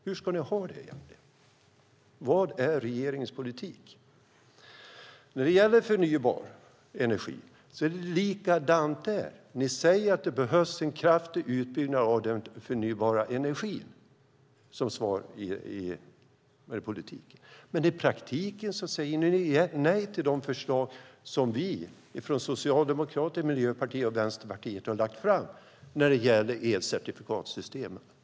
Hur ska ni ha det egentligen? Vad är regeringens politik? När det gäller förnybar energi är det likadant. Ni säger att det behövs en kraftig utbyggnad av den förnybara energin, men i praktiken säger ni nej till de förslag som Socialdemokraterna, Miljöpartiet och Vänsterpartiet har lagt fram när det gäller elcertifikatssystemen.